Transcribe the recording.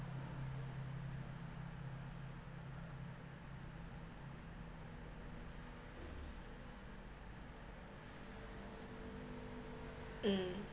mm